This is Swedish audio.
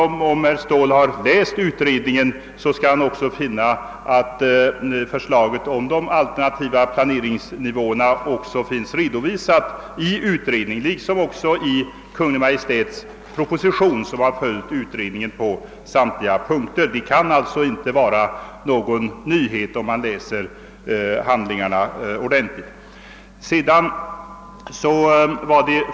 Men om herr Ståhl läst utredningens betänkande har han sett att förslaget om de alternativa planeringsnivåerna finns redovisat även där liksom i Kungl. Maj:ts proposition, som följt utredningen på samtliga punkter. Detta förslag kan alltså inte ha varit någon nyhet för den som studerat handlingarna ordentligt.